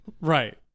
Right